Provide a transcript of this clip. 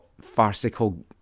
farcical